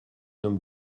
homme